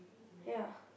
ya